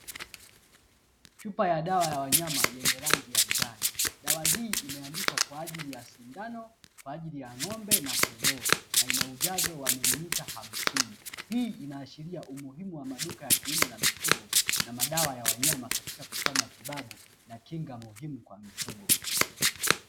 Chuoa ya dawa ya wanyama yenye rangi ya njano. Dawa hii imeandikwa kwa ajili ya sindano, kwa ajili ya ng’ombe na kondoo. Na ina ujazo wa milimita hamsini, hii inaashiria umuhimu wa maduka ya kilimo na mifugo na madawa ya wanyama katika kutoa matibabu na kinga muhimu kwa mifugo.